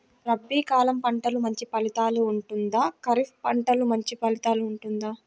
రబీ కాలం పంటలు మంచి ఫలితాలు ఉంటుందా? ఖరీఫ్ పంటలు మంచి ఫలితాలు ఉంటుందా?